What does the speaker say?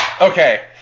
Okay